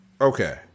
Okay